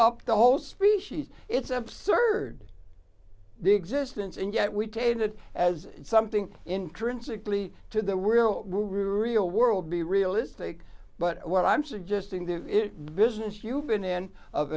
up the whole species it's absurd existence and yet we take that as something intrinsically to the we were real world be realistic but what i'm suggesting the business you've been in of